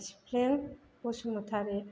थिफ्लें Basumatary